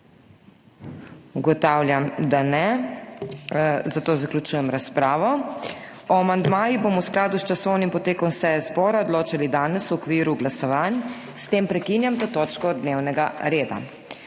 Ugotavljam, da ne, zato zaključujem razpravo. O amandmajih bomo v skladu s časovnim potekom seje zbora odločali danes v okviru glasovanj. S tem prekinjam to točko dnevnega reda.